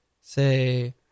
say